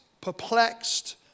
perplexed